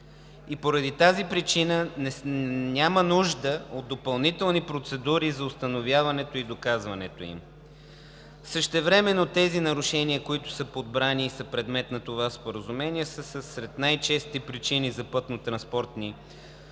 и поради тази причина няма нужда от допълнителни процедури за установяването и доказването им. Същевременно тези нарушения, които са подбрани и са предмет на това споразумение, са сред най-честите причини за пътнотранспортни произшествия